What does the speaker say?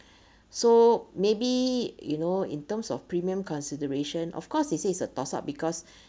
so maybe you know in terms of premium consideration of course it says it's a toss up because